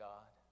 God